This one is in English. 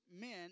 men